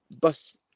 bus